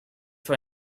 for